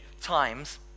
times